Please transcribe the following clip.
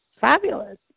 fabulous